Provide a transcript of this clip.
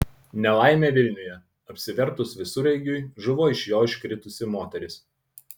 nelaimė vilniuje apsivertus visureigiui žuvo iš jo iškritusi moteris